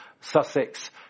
Sussex